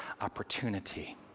opportunity